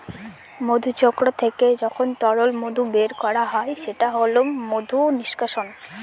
মধুচক্র থেকে যখন তরল মধু বের করা হয় সেটা হল মধু নিষ্কাশন